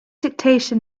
dictation